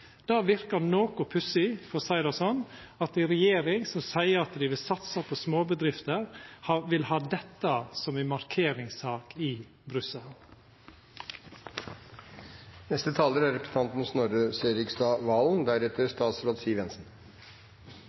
Det verkar noko pussig – for å seia det slik – at ei regjering som seier ein vil satsa på småbedrifter, vil ha dette som ei markeringssak i